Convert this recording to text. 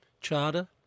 charter